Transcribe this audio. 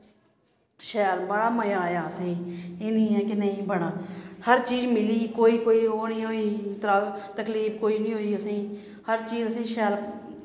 शैल बड़ा मज़ा आया असेंगी एह् नी ऐ कि नेईं बड़ा हर चीज़ मिली कोई कोई ओह् नि होई उद्धरा तकलीफ कोई नि होई असेंगी हर चीज़ असेंगी शैल